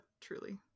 truly